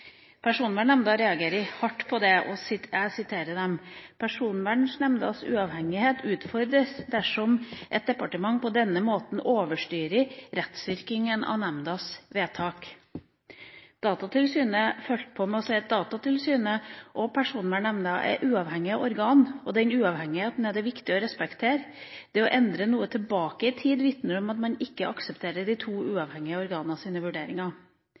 reagerer hardt på det – og jeg siterer dem: «Personvernnemndas uavhengighet utfordres dersom et departement på denne måten overstyrer rettsvirkningene av nemndas vedtak.» Datatilsynet fulgte opp med å si: «Datatilsynet og Personvernnemnda er uavhengige organer, og den uavhengigheten er det viktig å respektere. Det å endre noe tilbake i tid vitner om at man ikke aksepterer det to uavhengige